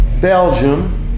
Belgium